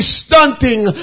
stunting